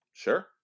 Sure